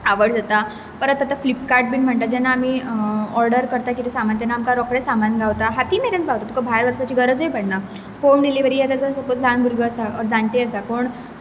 आवड जाता पर आतांता फ्लिपकार्ट बीन म्हणटा जेन्ना आमी ऑर्डर करता कितें सामान तेन्ना आमकां रोखडेंच सामान गावता हाती मेरेन पावता तुका भायर वचपाची गरजूय पडणा होम डेलिवरी आतां जर सपोज ल्हान भुरगो आसा जाण्टे आसा पूण